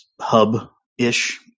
hub-ish